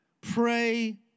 pray